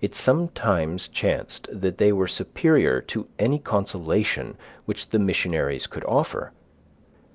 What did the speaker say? it sometimes chanced that they were superior to any consolation which the missionaries could offer